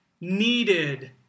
needed